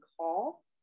call